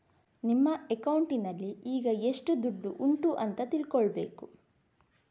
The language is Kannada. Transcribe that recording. ನಿಮ್ಮ ಅಕೌಂಟಿನಲ್ಲಿ ಈಗ ಎಷ್ಟು ದುಡ್ಡು ಉಂಟು ಅಂತ ತಿಳ್ಕೊಳ್ಬೇಕು